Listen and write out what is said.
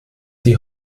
die